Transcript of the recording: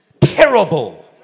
Terrible